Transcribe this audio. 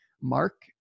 mark